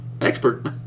Expert